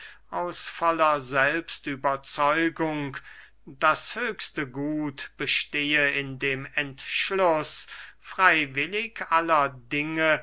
aus voller selbstüberzeugung das höchste gut bestehe in dem entschluß freywillig aller dinge